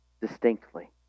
distinctly